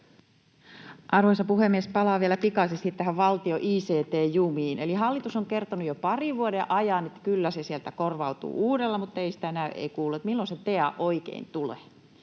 Arvoisa puhemies! Palaan vielä pikaisesti tähän valtion ict-jumiin. Eli hallitus on kertonut jo parin vuoden ajan, että kyllä se sieltä korvautuu uudella, mutta ei sitä näy, ei kuulu. Milloin se TEA oikein tulee?